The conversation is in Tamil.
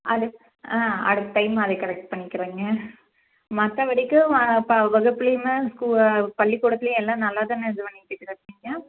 அது ஆ அடுத்த டைம் அதை கரெக்ட் பண்ணிக்கிறேங்க மற்றபடிக்கி ம ப வகுப்புலேயுமே ஸ்கூ பள்ளிக்கூடத்துலேயும் எல்லாம் நல்லா தானே இது பண்ணிவிட்டு இருக்கிறாப்புடிங்க